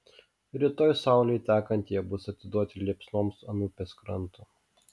rytoj saulei tekant jie bus atiduoti liepsnoms ant upės kranto